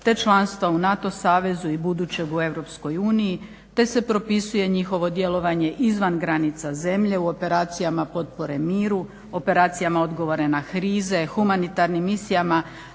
te članstva u NATO savezu i budućeg u Europskoj uniji, te se propisuje njihovo djelovanje izvan granica zemlje u operacijama potpore miru, operacijama odgovora na krize, humanitarnim misijama,